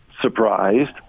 surprised